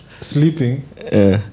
sleeping